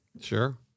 Sure